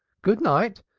good-night,